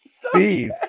steve